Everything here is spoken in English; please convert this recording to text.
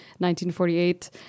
1948